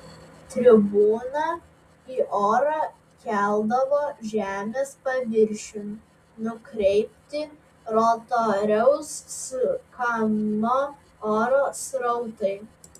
tribūną į orą keldavo žemės paviršiun nukreipti rotoriaus sukamo oro srautai